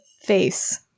face